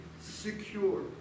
secure